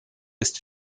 ist